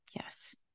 Yes